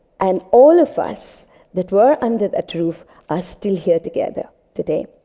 and all of us that were under that roof are still here together today.